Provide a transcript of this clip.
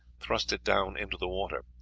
thrust it down into the water.